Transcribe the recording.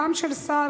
גם של SAR,